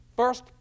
first